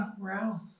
Wow